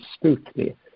smoothly